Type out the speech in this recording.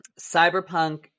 Cyberpunk